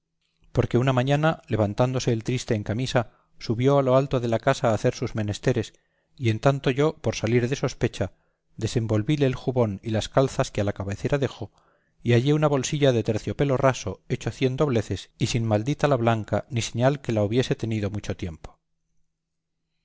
porque una mañana levantándose el triste en camisa subió a lo alto de la casa a hacer sus menesteres y en tanto yo por salir de sospecha desenvolvíle el jubón y las calzas que a la cabecera dejó y hallé una bolsilla de terciopelo raso hecho cien dobleces y sin maldita la blanca ni señal que la hobiese tenido mucho tiempo